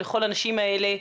לכל הנשים האלה,